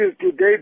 today